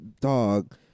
dog